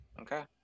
Okay